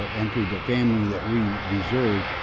ah entered the family that we deserve,